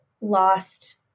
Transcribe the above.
lost